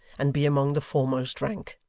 and be among the foremost rank.